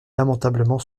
lamentablement